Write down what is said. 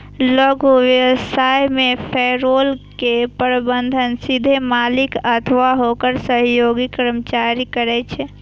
लघु व्यवसाय मे पेरोल के प्रबंधन सीधे मालिक अथवा ओकर सहयोगी कर्मचारी करै छै